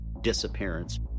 disappearance